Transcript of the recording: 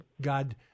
God